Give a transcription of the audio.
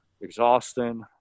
exhausting